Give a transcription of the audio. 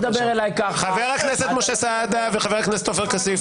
חבר הכנסת משה סעדה וחבר הכנסת עופר כסיף,